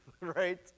right